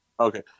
Okay